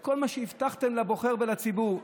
כל מה שהבטחתם לבוחר ולציבור.